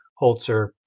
Holzer